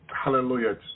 hallelujah